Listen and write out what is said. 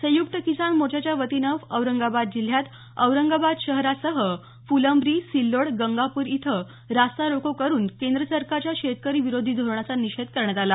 संयुक्त किसान मोर्चाच्या वतीनं औरंगाबाद जिल्ह्यात औरंगाबाद शहरासह फुलंब्री सिल्लोड गंगापूर इथं रास्तारोको करुन केंद्र सरकारच्या शेतकरी विरोधी धोरणाचा निषेध करण्यात आला